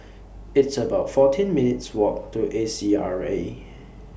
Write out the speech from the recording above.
It's about fourteen minutes' Walk to A C R A